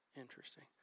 Interesting